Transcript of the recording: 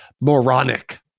moronic